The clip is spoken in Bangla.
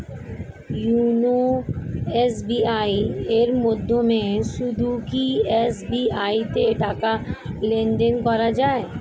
ইওনো এস.বি.আই এর মাধ্যমে শুধুই কি এস.বি.আই তে টাকা লেনদেন করা যায়?